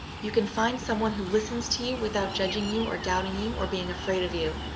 you can find someone who listens to you without judging you or doubting you or being afraid of you.